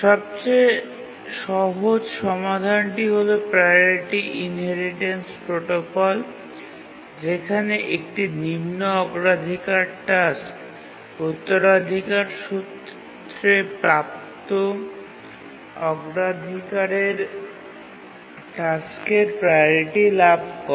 সবচেয়ে সহজ সমাধানটি হল প্রাওরিটি ইনহেরিটেন্স প্রোটোকল যেখানে একটি নিম্ন অগ্রাধিকার টাস্ক উত্তরাধিকার সূত্রে প্রাপ্ত অগ্রাধিকারের টাস্কের প্রাওরিটি লাভ করে